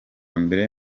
mbere